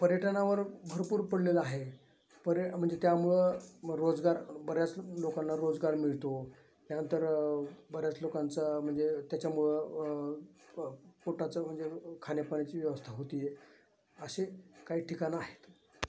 पर्यटनावर भरपूर पडलेला आहे परय म्हणजे त्यामुळं रोजगार बऱ्याच लोकांना रोजगार मिळतो त्यानंतर बऱ्याच लोकांचा म्हणजे त्याच्यामुळं पोटाचं म्हणजे खााण्यापाण्याची व्यवस्था होते आहे अशी काही ठिकाणं आहेत